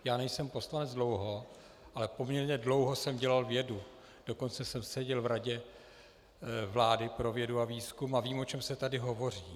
Já nejsem poslanec dlouho, ale poměrně dlouho jsem dělal vědu, dokonce jsem seděl v Radě vlády pro vědu a výzkum a vím, o čem se tady hovoří.